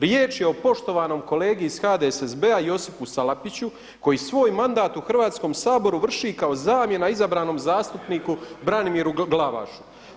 Riječ je o poštovanom kolegi iz HDSSB-a Josipu Salapiću koji svoj mandat u Hrvatskom saboru vrši kao zamjena izabranom zastupniku Branimiru Glavašu.